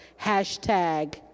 Hashtag